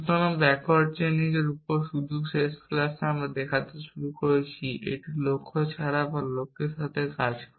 সুতরাং backward chaining আমরা শুধু শেষ ক্লাসে দেখতে শুরু করেছি এটি লক্ষ্য দ্বারা লক্ষ্যের সাথে কাজ করে